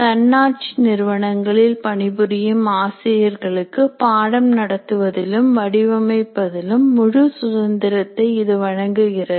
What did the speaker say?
தன்னாட்சி நிறுவனங்களில் பணிபுரியும் ஆசிரியர்களுக்கு பாடம் நடத்துவதிலும் வடிவமைப்பதிலும் முழு சுதந்திரத்தை இது வழங்குகிறது